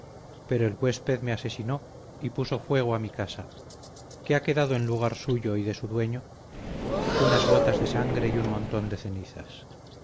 pero el huésped me asesinó y puso fuego a mi casa que ha quedado en lugar suyo y de su dueño unas gotas de sangre y un montón de cenizas